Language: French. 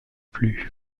plus